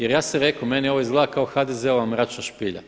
Jer ja sam rekao, meni ovo izgleda kao HDZ-ova mračna špilja.